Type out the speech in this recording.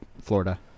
Florida